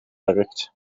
werkt